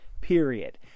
period